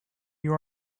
you